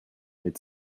mit